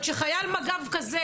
כשחייל מג"ב כזה,